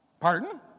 Pardon